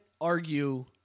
argue